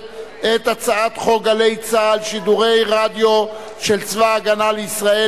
את הצעת חוק "גלי צה"ל" שידורי רדיו של צבא-הגנה לישראל